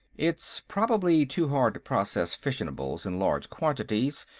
it's probably too hard to process fissionables in large quantities,